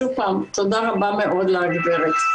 שוב, תודה רבה מאוד לגברת.